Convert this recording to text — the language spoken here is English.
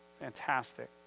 Fantastic